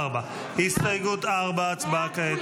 הסתייגות 4, הצבעה כעת.